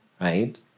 right